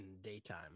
Daytime